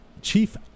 Chief